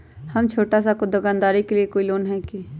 हम छोटा सा दुकानदारी के लिए कोई लोन है कि?